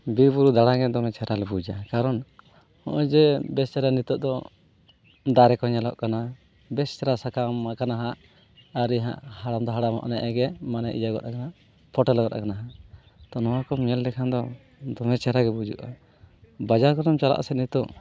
ᱵᱤᱨ ᱵᱩᱨᱩ ᱫᱟᱬᱟᱜᱮ ᱫᱚᱢᱮ ᱪᱮᱦᱨᱟᱞᱮ ᱵᱩᱡᱟ ᱠᱟᱨᱚᱱ ᱱᱚᱜᱼᱚᱭᱡᱮ ᱵᱮᱥ ᱪᱮᱦᱨᱟ ᱱᱤᱛᱚᱜ ᱫᱚ ᱫᱟᱨᱮ ᱠᱚ ᱧᱮᱞᱚᱜ ᱠᱟᱱᱟ ᱵᱮᱥ ᱪᱮᱦᱨᱟ ᱥᱟᱠᱟᱢ ᱟᱠᱟᱱᱟ ᱦᱟᱸᱜ ᱟᱹᱣᱨᱤ ᱦᱟᱸᱜ ᱦᱟᱲᱟᱢ ᱫᱚ ᱟᱹᱣᱨᱤ ᱦᱟᱲᱟᱢᱚᱜᱼᱟ ᱱᱮᱜᱼᱮ ᱜᱮ ᱢᱟᱱᱮ ᱤᱭᱟᱹᱜᱚᱫ ᱟᱠᱟᱱᱟ ᱯᱷᱚᱴᱮᱞ ᱜᱚᱫ ᱟᱠᱟᱱᱟ ᱛᱚ ᱱᱚᱣᱟ ᱠᱚᱢ ᱧᱮᱞ ᱞᱮᱠᱷᱟᱱ ᱫᱚ ᱫᱚᱢᱮ ᱪᱮᱦᱨᱟ ᱜᱮ ᱵᱩᱡᱩᱜᱼᱟ ᱵᱟᱡᱟᱨ ᱠᱚᱨᱮᱢ ᱪᱟᱞᱟᱜᱼᱟ ᱥᱮ ᱱᱤᱛᱚᱜ